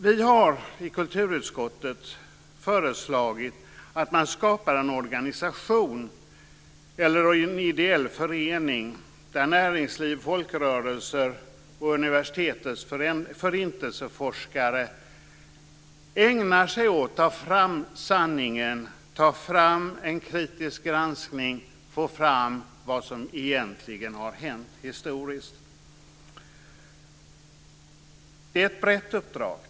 Vi har i kulturutskottet föreslagit att man ska skapa en organisation eller en ideell förening där näringsliv, folkrörelser och universitetens förintelseforskare ägnar sig åt att ta fram sanningen, ta fram en kritisk granskning och få fram vad som egentligen har hänt historiskt. Det är ett brett uppdrag.